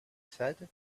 said